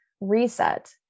reset